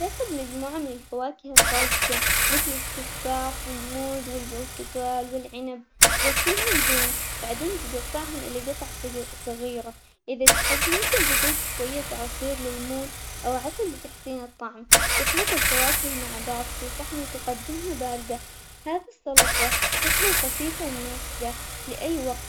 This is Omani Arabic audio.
علشان تنظم عدد كبير من الكتب، صنفها حسب الموضوع أو الحجم. بعدين، رتبها على الرفوف بحيث الكتب الأكبر تحت والأصغر فوق. ممكن تستخدم نظام الأبجدية لعناوين الكتب أو أسماء المؤلفين. وإذا عندك مساحة، خصص رف لكل فئة، عشان تسهل عليك الوصول لأي كتاب تحتاجه بسرعة.